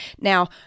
Now